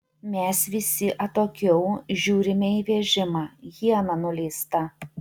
mes visi atokiau žiūrime į vežimą iena nuleista